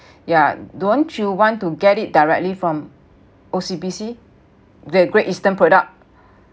yeah don't you want to get it directly from O_C_B_C the Great Eastern product